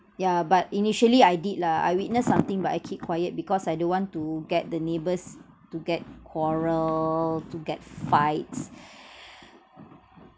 yeah but initially I did lah I witnessed something but I keep quiet because I don't want to get the neighbours to get quarrel to get fights